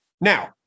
Now